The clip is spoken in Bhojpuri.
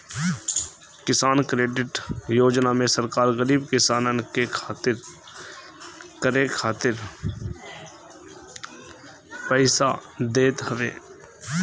किसान क्रेडिट योजना में सरकार गरीब किसानन के खेती करे खातिर पईसा देत हवे